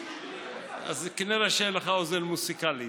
אז כנראה שאין לך אוזן מוזיקלית,